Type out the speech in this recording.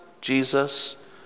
Jesus